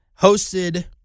hosted